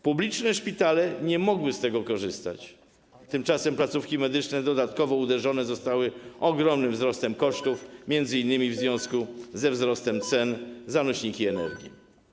Publiczne szpitale nie mogły z tego korzystać, tymczasem placówki medyczne dodatkowo uderzone zostały ogromnym wzrostem kosztów, m.in. w związku ze wzrostem cen nośników energii.